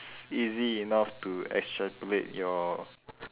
easy enough to extrapolate your